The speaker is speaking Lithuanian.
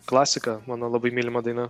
klasika mano labai mylima daina